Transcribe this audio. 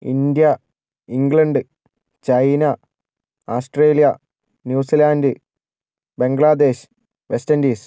India England China Australia New Zealand Bangladesh West Indies